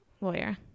lawyer